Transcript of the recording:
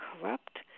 corrupt